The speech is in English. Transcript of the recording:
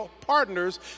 partners